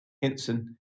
Hinson